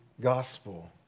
gospel